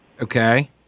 Okay